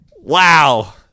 Wow